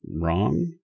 wrong